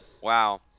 wow